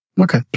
Okay